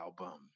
Album